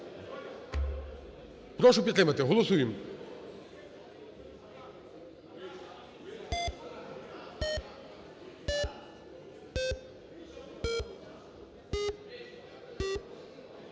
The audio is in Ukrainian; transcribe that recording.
Прошу підтримати, голосуємо.